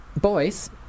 boys